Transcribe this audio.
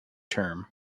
term